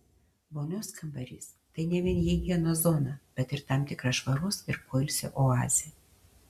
vonios kambarys tai ne vien higienos zona bet ir tam tikra švaros ir poilsio oazė